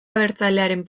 abertzalearen